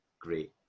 great